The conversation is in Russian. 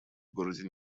городе